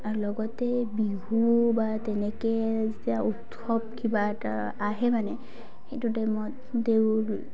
আৰু লগতে বিহু বা তেনেকে যেতিয়া উৎসৱ কিবা এটা আহে মানে সেইটো টাইমত